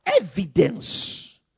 evidence